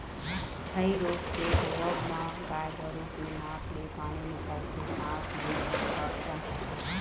छई रोग के होवब म गाय गरु के नाक ले पानी निकलथे, सांस ले म अड़चन होथे